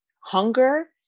hunger